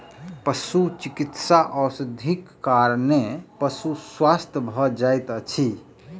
पशुचिकित्सा औषधिक कारणेँ पशु स्वस्थ भ जाइत अछि